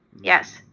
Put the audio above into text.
Yes